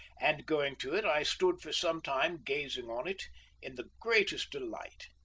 and going to it i stood for some time gazing on it in the greatest delight.